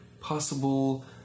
possible